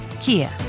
Kia